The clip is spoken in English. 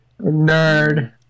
Nerd